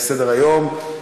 מסדר-היום.